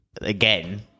again